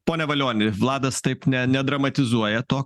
pone valioni vladas taip ne nedramatizuoja to